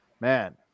Man